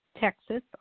Texas